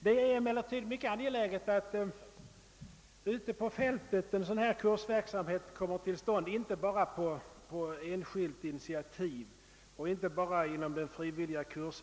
Det är emellertid mycket viktigt, att det ute på fältet kommer till stånd en sådan kursverksamhet, och inte bara på enskilt initiativ.